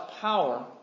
power